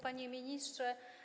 Panie Ministrze!